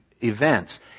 events